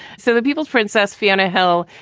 so the people's princess, fiona hill,